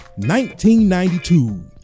1992